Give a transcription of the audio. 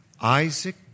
Isaac